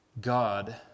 God